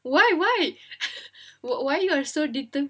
why why why you are you so determine